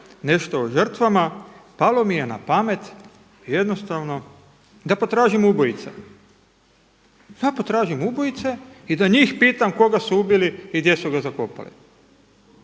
nešto o žrtvama, palo mi je na pamet jednostavno da potražim ubojice, da potražim ubojice i da njih pitam koga su ubili i gdje su ga zakopali.